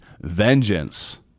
vengeance